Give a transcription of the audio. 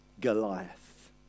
Goliath